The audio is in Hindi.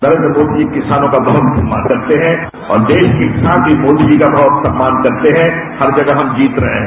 नरेन्द्र मोदी किसानों का बहुत सम्मान करते हें और देश के किसान भी मोदीजी का बहुत सम्मान करते हैं हर जगह हम जीत रहे हैं